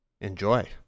Enjoy